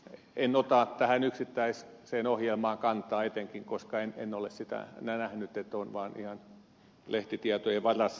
en ota tähän yksittäiseen ohjelmaan kantaa etenkään koska en ole sitä nähnyt ja olen ihan lehtitietojen varassa